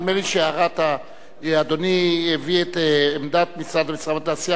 נדמה לי שאדוני הביא את עמדת משרד המסחר והתעשייה,